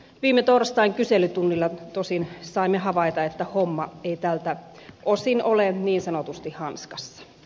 viime torstain kyselytunnilla tosin saimme havaita että homma ei tältä osin ole niin sanotusti hanskassa